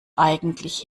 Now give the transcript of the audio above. eigentlich